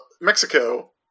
Mexico